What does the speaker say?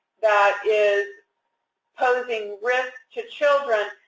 that is posing risk to children?